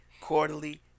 quarterly